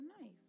nice